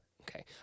Okay